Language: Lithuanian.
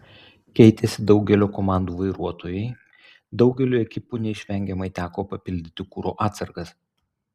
keitėsi daugelio komandų vairuotojai daugeliui ekipų neišvengiamai teko papildyti kuro atsargas